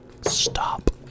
Stop